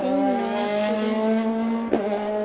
ᱤᱧ ᱱᱚᱣᱟ ᱥᱮᱨᱮᱧ ᱵᱟᱹᱧ ᱠᱩᱥᱤᱭᱟᱜᱼᱟ